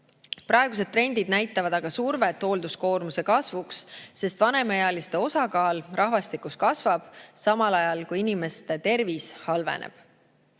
Praegused trendid näitavad aga survet hoolduskoormuse kasvuks, sest vanemaealiste osakaal rahvastikus kasvab, samal ajal inimeste tervis halveneb.